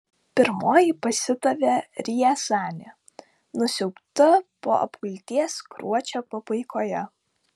pirmoji pasidavė riazanė nusiaubta po apgulties gruodžio pabaigoje